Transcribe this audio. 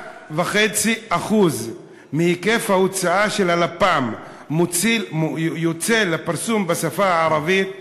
3.5% מהיקף ההוצאה של הלפ"מ יוצא לפרסום בשפה הערבית.